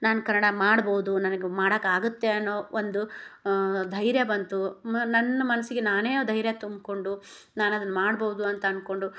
ನಾನು ಕನ್ನಡ ಮಾಡ್ಬೋದು ನನಗೆ ಮಾಡಕಾಗತ್ತೆ ಅನ್ನೋ ಒಂದು ಧೈರ್ಯ ಬಂತು ಮ ನನ್ನ ಮನಸ್ಸಿಗೆ ನಾನೇ ಧೈರ್ಯ ತುಂಬ್ಕೊಂಡು ನಾನದನ್ ಮಾಡ್ಬೌದು ಅಂತನ್ಕೊಂಡು